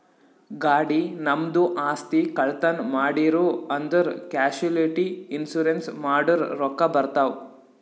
ಗಾಡಿ, ನಮ್ದು ಆಸ್ತಿ, ಕಳ್ತನ್ ಮಾಡಿರೂ ಅಂದುರ್ ಕ್ಯಾಶುಲಿಟಿ ಇನ್ಸೂರೆನ್ಸ್ ಮಾಡುರ್ ರೊಕ್ಕಾ ಬರ್ತಾವ್